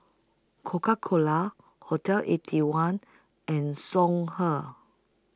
Coca Cola Hotel Eighty One and Songhe